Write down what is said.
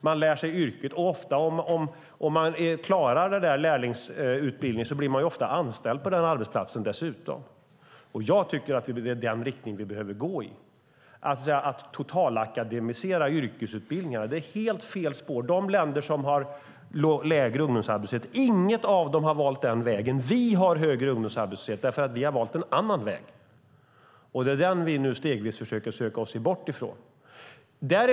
Man lär sig yrket, och om man klarar lärlingsutbildningen blir man dessutom ofta anställd på arbetsplatsen. Det är i denna riktning vi behöver gå. Att totalakademisera yrkesutbildningarna är helt fel spår. Inget av de länder som har lägre ungdomsarbetslöshet har valt denna väg. Sverige har högre ungdomsarbetslöshet för att Sverige har valt en annan väg, och den försöker vi nu stegvis söka oss bort från.